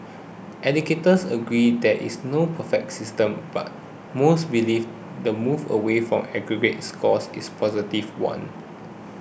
educators agree there is no perfect system but most believe the move away from aggregate scores is a positive one